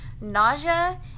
nausea